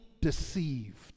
deceived